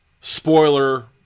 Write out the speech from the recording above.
spoiler